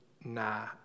nah